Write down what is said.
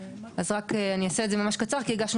אז רק אני אעשה את זה ממש קצר כי הגשנו